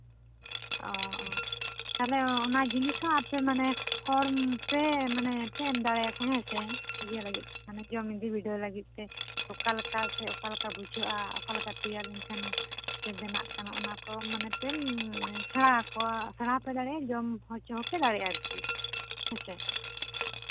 ᱚ ᱛᱟᱦᱞᱮ ᱚᱱᱟ ᱡᱤᱱᱤᱥ ᱦᱚᱸ ᱟᱯᱮ ᱢᱟᱱᱮ ᱦᱚᱲ ᱯᱮ ᱢᱟᱱᱮ ᱯᱮ ᱮᱢ ᱫᱟᱲᱮᱭᱟᱠᱚᱣᱟ ᱦᱮᱸ ᱥᱮ ᱤᱭᱟᱹ ᱞᱟᱹᱜᱤᱫ ᱡᱚᱢ ᱵᱤᱰᱟᱹᱣ ᱞᱟᱹᱜᱤᱫ ᱚᱠᱟ ᱞᱮᱠᱟ ᱥᱮ ᱚᱠᱟ ᱞᱮᱠᱟ ᱵᱩᱡᱷᱟᱹᱜᱼᱟ ᱚᱠᱟ ᱞᱮᱠᱟ ᱛᱮᱭᱟᱨ ᱞᱮᱱᱠᱷᱟᱱ ᱵᱮᱱᱟᱜ ᱠᱟᱱᱟ ᱚᱱᱟ ᱠᱚ ᱢᱟᱱᱮ ᱯᱮ ᱥᱮᱬᱟᱣ ᱠᱚᱣᱟ ᱥᱮᱬᱟ ᱦᱚᱸᱯᱮ ᱫᱟᱲᱮᱭᱟᱜᱼᱟ ᱡᱚᱢ ᱦᱚᱸᱯᱮ ᱫᱟᱲᱮᱭᱟᱜᱼᱟ ᱟᱨᱠᱤ ᱦᱮᱸ ᱥᱮ